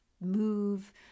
move